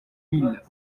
mille